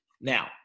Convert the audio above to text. now